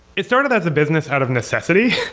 it started as a business out of necessity.